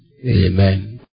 Amen